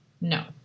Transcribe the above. no